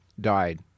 died